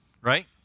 right